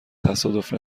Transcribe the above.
تصادف